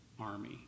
army